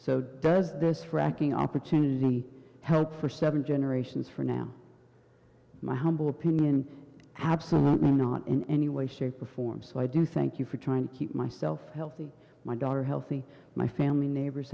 so does this fracking opportunity help for seven generations for now my humble opinion absolutely not in any way shape or form so i do thank you for trying to keep myself healthy my daughter healthy my family neighbors